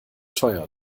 teuer